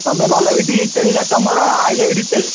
ତୁମେ ଗଲା ପିଠି ତେଲଟା ତୁମର ଆସିଲା ପିଠି ତେଲ